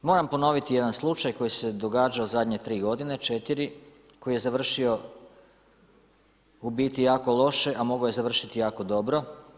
Moram ponoviti jedan slučaj koji se događao zadnje 3 godine, 4, koji je završio u biti jako loše, a mogao je završiti jako dobro.